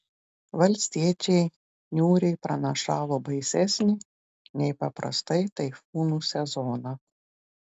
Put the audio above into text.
valstiečiai niūriai pranašavo baisesnį nei paprastai taifūnų sezoną